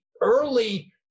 early